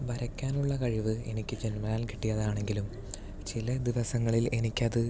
വരയ്ക്കാനുള്ള കഴിവ് എനിക്ക് ജന്മനാൽ കിട്ടിയതാണെങ്കിലും ചില ദിവസങ്ങളിൽ എനിക്കത്